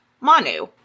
Manu